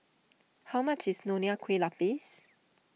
how much is Nonya Kueh Lapis